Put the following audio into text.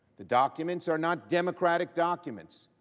the documents are not democratic documents.